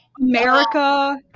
America